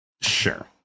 sure